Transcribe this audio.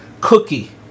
cookie